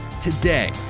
Today